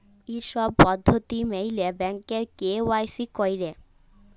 ই ছব পদ্ধতি ম্যাইলে ব্যাংকে কে.ওয়াই.সি ক্যরে